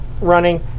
Running